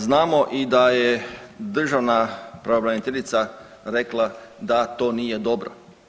Znamo i da je državna pravobraniteljica rekla da to nije dobro.